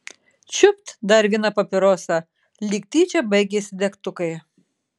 čiupt dar vieną papirosą lyg tyčia baigėsi degtukai